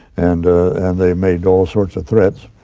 and and they made all sorts of threats,